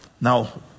Now